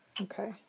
Okay